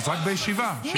--- אז רק בישיבה, שיהיה שווה.